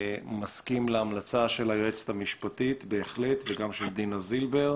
העמדה שלנו גם המשפטית וגם המקצועית של ראש המל"ל,